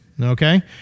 Okay